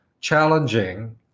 challenging